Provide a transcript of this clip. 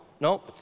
no